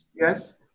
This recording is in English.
Yes